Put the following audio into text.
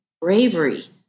bravery